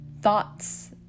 thoughts